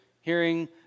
hearing